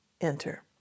enter